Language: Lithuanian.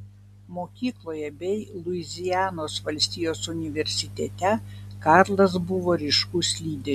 mokykloje bei luizianos valstijos universitete karlas buvo ryškus lyderis